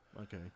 Okay